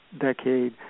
decade